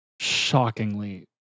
shockingly